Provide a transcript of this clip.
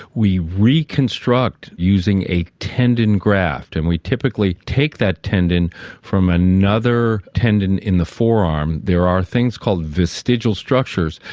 we reconstruct using a tendon graft, and we typically take that tendon from another tendon in the forearm. there are things called vestigial structures,